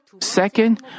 Second